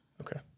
Okay